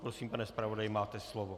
Prosím, pane zpravodaji, máte slovo.